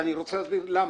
אני רוצה להסביר לכם למה.